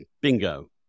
bingo